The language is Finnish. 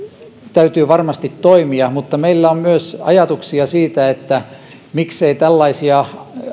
täytyy varmasti toimia mutta meillä on myös ajatuksia siitä että miksei tällaisia